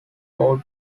paul